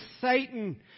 Satan